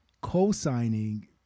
co-signing